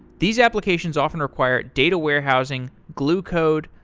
these applications often require data warehousing, glue code,